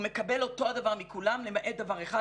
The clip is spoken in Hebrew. הוא מקבל אותו הדבר מכולם למעט דבר אחד,